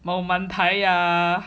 mou man tai ah